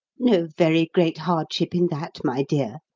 no very great hardship in that, my dear,